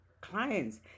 clients